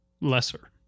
lesser